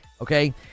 Okay